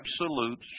absolute